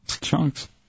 Chunks